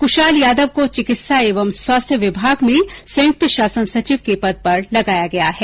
कृशाल यादव को चिकित्सा एवं स्वास्थ्य विभाग में संयुक्त शासन सचिव के पद पर लगाया गया है